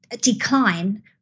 decline